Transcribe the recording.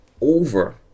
over